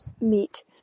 meet